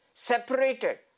separated